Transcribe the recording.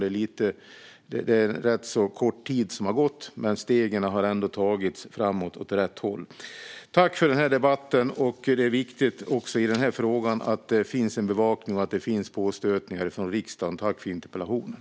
Det är alltså en rätt kort tid som har gått, men stegen har ändå tagits, och åt rätt håll. Jag tackar för den här debatten. Det är viktigt att det finns en bevakning och påstötningar från riksdagen även i den här frågan. Tack för interpellationen!